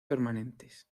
permanentes